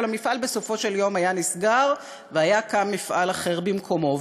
אבל המפעל בסופו של יום היה נסגר והיה קם מפעל אחר במקומו.